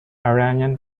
iranian